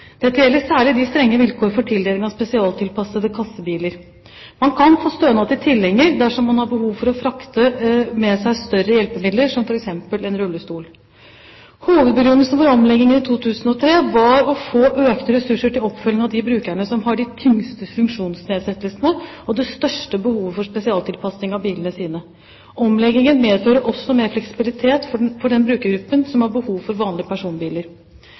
Dette gjelder særlig de strenge vilkår for tildeling av spesialtilpassede kassebiler. Man kan få stønad til tilhenger dersom man har behov for å frakte med seg større hjelpemidler, som f.eks. en rullestol. Hovedbegrunnelsen for omleggingen i 2003 var å få økte ressurser til oppfølging av de brukerne som har de tyngste funksjonsnedsettelsene og det største behovet for spesialtilpasning av bilene sine. Omleggingen medfører også mer fleksibilitet for den brukergruppen som har behov for vanlige personbiler.